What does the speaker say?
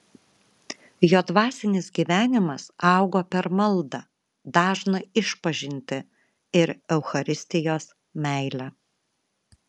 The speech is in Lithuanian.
jo dvasinis gyvenimas augo per maldą dažną išpažintį ir eucharistijos meilę